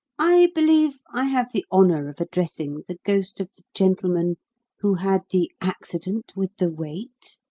i believe i have the honour of addressing the ghost of the gentleman who had the accident with the wait?